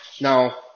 Now